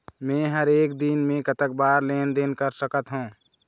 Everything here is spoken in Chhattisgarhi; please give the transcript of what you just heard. मे हर एक दिन मे कतक बार लेन देन कर सकत हों?